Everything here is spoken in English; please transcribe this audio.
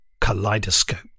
Kaleidoscope